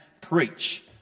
preach